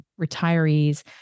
retirees